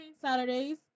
Saturdays